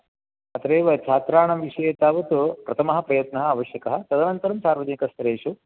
तत्रैव छात्राणां विषये तावत् प्रथमः प्रयत्नः आवश्यकः तदनन्तरं सार्वजनिकस्थलेषु